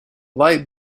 light